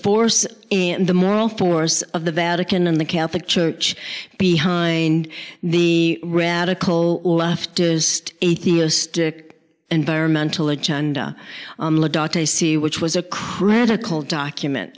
force the moral force of the vatican and the catholic church behind the radical leftist atheist dick environmental agenda which was a critical document